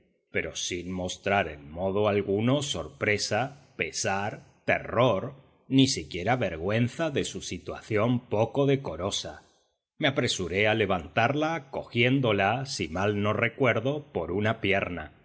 pero sin mostrar en modo alguno sorpresa pesar terror ni siquiera vergüenza de su situación poco decorosa me apresuré a levantarla cogiéndola si mal no recuerdo por una pierna